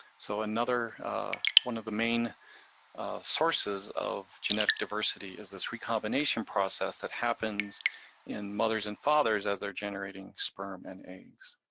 so another one of the main sources of genetic diversity is this recombination process that happens in mothers and fathers as they're generating sperm and eggs.